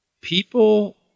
people